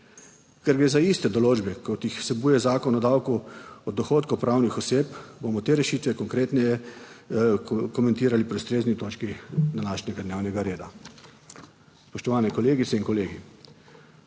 Ker gre za iste določbe, kot jih vsebuje Zakon o davku od dohodkov pravnih oseb, bomo te rešitve konkretneje komentirali pri ustrezni točki današnjega dnevnega reda. Spoštovane kolegice in kolegi!